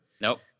Nope